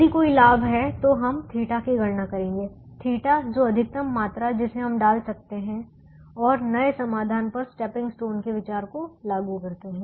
यदि कोई लाभ है तो हम θ की गणना करेंगे θ जो अधिकतम मात्रा जिसे हम डाल सकते हैं और नए समाधान पर स्टेपिंग स्टोन के विचार को लागू करते हैं